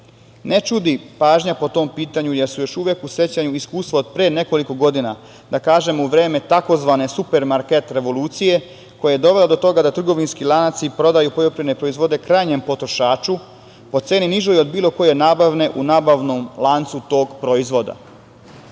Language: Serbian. čudi pažnja po tom pitanju, jer su još uvek u sećanju iskustva od pre nekoliko godina, da kažem, u vreme tzv. "supermarket revolucije", koja je dovela do toga da trgovinski lanci prodaju poljoprivredne proizvode krajnjem potrošaču po ceni nižoj od bilo koje nabavne u nabavnom lancu tog proizvoda.